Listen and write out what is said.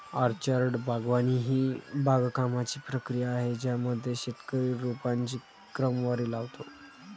orchard बागवानी ही बागकामाची प्रक्रिया आहे ज्यामध्ये शेतकरी रोपांची क्रमवारी लावतो